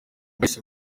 bahise